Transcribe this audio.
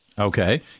Okay